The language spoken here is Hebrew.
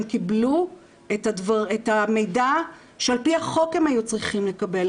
קיבלו את המידע שעל פי החוק הם היו צריכים לקבל.